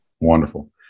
Wonderful